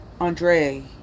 Andre